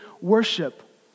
worship